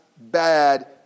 bad